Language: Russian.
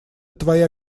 твоя